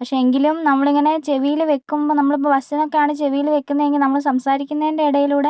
പക്ഷേ എങ്കിലും നമ്മൾ ഇങ്ങനെ ചെവിയിൽ വയ്ക്കുമ്പോൾ നമ്മൾ ഇപ്പോൾ ബസ്സിൽ ഒക്കെയാണ് ചെവിയിൽ വെക്കുന്നതെങ്കിൽ നമ്മുടെ സംസാരിക്കുന്നതിൻ്റെ ഇടയിലൂടെ